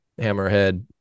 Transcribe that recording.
hammerhead